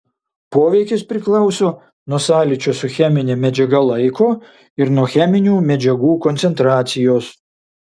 poveikis priklauso nuo sąlyčio su chemine medžiaga laiko ir nuo cheminių medžiagų koncentracijos